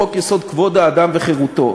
חוק-יסוד: כבוד האדם וחירותו,